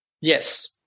yes